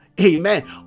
amen